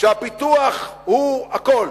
כשהפיתוח הוא הכול,